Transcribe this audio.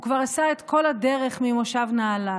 הוא כבר עשה את כל הדרך מהמושב נהלל.